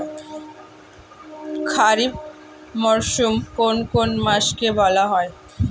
খারিফ মরশুম কোন কোন মাসকে বলা হয়?